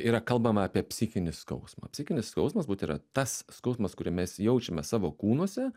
yra kalbama apie psichinį skausmą psichinis skausmas būt yra tas skausmas kurį mes jaučiame savo kūnuose